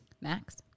Max